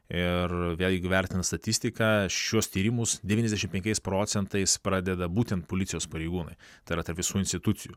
ir jeigu vertint statistiką šiuos tyrimus devyniasdešimt penkiais procentais pradeda būtent policijos pareigūnai tai yra tarp visų institucijų